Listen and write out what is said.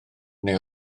neu